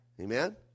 Amen